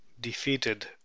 defeated